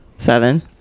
Seven